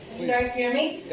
guys hear me?